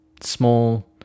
small